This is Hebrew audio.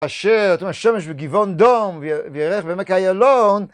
אשר השמש בגבעון דום וירח בעמק איילון